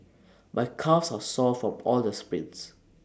my calves are sore from all the sprints